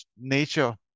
nature